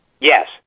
Yes